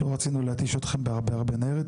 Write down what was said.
לא רצינו להתיש אתכם בהרבה ניירת,